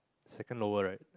second lower right